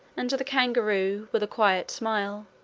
and the kangaroo, with a quiet smile,